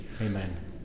Amen